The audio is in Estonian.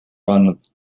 pannud